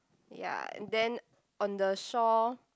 ya and then on the shore